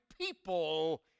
people